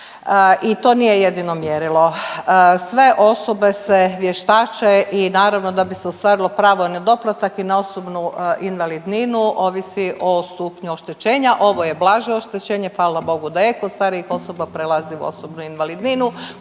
i to nije jedino mjerilo. Sve osobe se vještače i naravno da bi se ostvarilo pravo na doplatak i na osobnu invalidninu ovisi o stupnju oštećenja. Ovo je blaže oštećenje, hvala Bogu da je kod starijih osoba prelazi u osobnu invalidninu